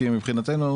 כי מבחינתנו,